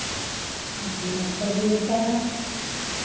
हाँ तो मटर भी होता है